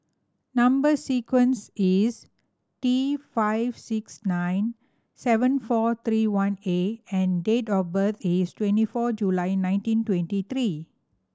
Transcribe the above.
number sequence is T five six nine seven four three one A and date of birth is twenty four July nineteen twenty three